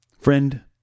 Friend